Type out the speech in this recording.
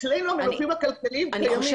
אצלנו המנופים הכלכליים קיימים.